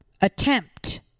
Attempt